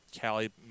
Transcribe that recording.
Callie